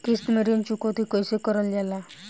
किश्त में ऋण चुकौती कईसे करल जाला?